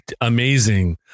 amazing